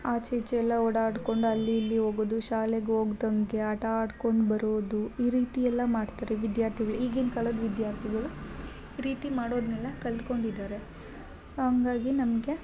ಆಚೆ ಈಚೆ ಎಲ್ಲ ಓಡಾಡ್ಕೊಂಡು ಅಲ್ಲಿ ಇಲ್ಲಿ ಹೋಗುದು ಶಾಲೆಗೆ ಹೋಗ್ದಂಗೆ ಆಟಾಡ್ಕೊಂಡು ಬರುದು ಈ ರೀತಿ ಎಲ್ಲ ಮಾಡ್ತಾರೆ ವಿದ್ಯಾರ್ಥಿಗಳು ಈಗಿನ ಕಾಲದ ವಿದ್ಯಾರ್ಥಿಗಳ ಪ್ರೀತಿ ಮಾಡೋದ್ನೆಲ್ಲ ಕಲ್ತ್ಕೊಂಡಿದ್ದಾರೆ ಸೊ ಹಂಗಾಗಿ ನಮಗೆ